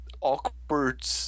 awkward